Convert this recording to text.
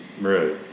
right